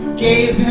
gay